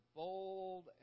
bold